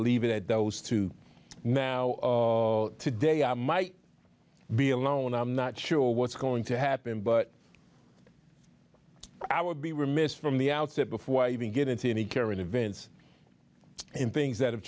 leave it at those two now today i might be alone i'm not sure what's going to happen but i would be remiss from the outset before i even get into any care in events and things that have